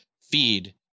feed